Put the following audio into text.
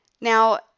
Now